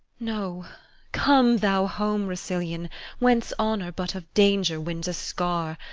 no come thou home, rousillon, whence honour but of danger wins a scar,